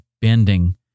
bending